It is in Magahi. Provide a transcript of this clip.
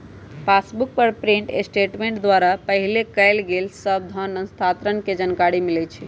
पासबुक पर प्रिंट स्टेटमेंट द्वारा पहिले कएल गेल सभ धन स्थानान्तरण के जानकारी मिलइ छइ